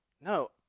No